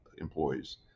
employees